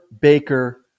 baker